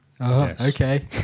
Okay